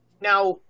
now